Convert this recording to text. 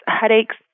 headaches